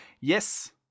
Yes